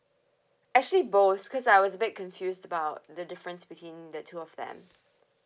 actually both cause I was a bit confused about the difference between the two of them